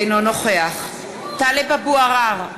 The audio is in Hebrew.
אינו נוכח טלב אבו עראר,